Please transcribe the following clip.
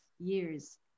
years